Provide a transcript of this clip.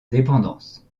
dépendance